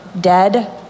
dead